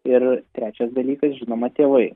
ir trečias dalykas žinoma tėvai